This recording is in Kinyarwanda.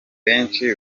benshi